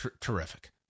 terrific